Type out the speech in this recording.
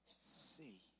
see